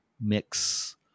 mix